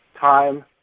time